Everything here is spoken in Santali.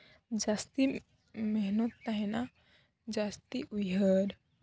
ᱡᱟᱹᱥᱛᱤ ᱢᱮᱦᱱᱚᱛ ᱛᱟᱦᱮᱱᱟ ᱡᱟᱹᱥᱛᱤ ᱩᱭᱦᱟᱹᱨ